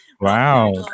Wow